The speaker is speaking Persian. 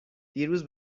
دیروز